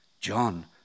John